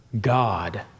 God